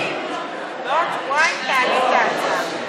קטי, בעוד שבועיים תעלי את ההצעה.